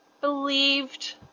believed